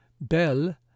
Bel